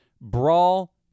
brawl